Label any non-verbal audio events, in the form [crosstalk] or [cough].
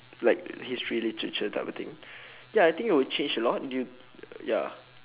like history literature type of thing [breath] ya I think it'll change a lot due ya